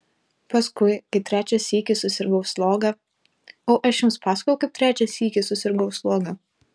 paskui kai trečią sykį susirgau sloga o aš jums pasakojau kaip trečią sykį susirgau sloga